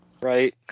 Right